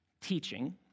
teaching